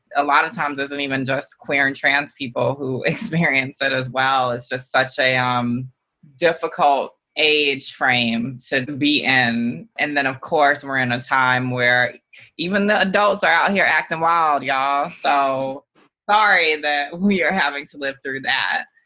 a lot of times, it isn't even just queer and trans people who experience it as well. it's just such a um difficult age frame to be in. and and then of course, we're in a time where even the adults are out here acting wild, y'all. so sorry that we are having to live through that.